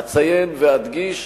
אציין ואדגיש